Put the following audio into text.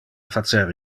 facer